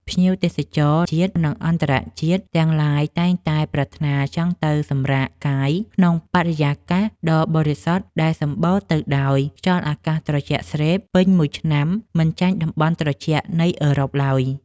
ភ្ញៀវទេសចរជាតិ និង អន្តរជាតិទាំងឡាយតែងតែប្រាថ្នាចង់ទៅសម្រាកកាយក្នុងបរិយាកាសដ៏បរិសុទ្ធដែលសម្បូរទៅដោយខ្យល់អាកាសត្រជាក់ស្រេបពេញមួយឆ្នាំមិនចាញ់តំបន់ត្រជាក់នៃអឺរ៉ុបឡើយ។